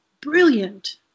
brilliant